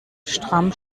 stramm